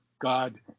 god